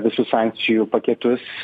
visus sankcijų paketus